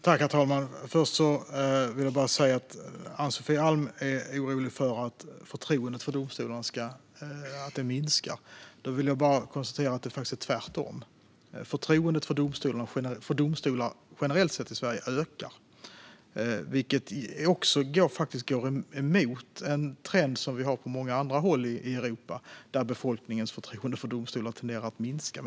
Herr talman! Ann-Sofie Alm är orolig för att förtroendet för domstolarna ska minska. Då vill jag bara konstatera att det faktiskt är tvärtom. Förtroendet för domstolar generellt sett i Sverige ökar, vilket också går emot en trend som vi har på många andra håll i Europa där befolkningens förtroende för domstolar tenderar att minska.